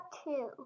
two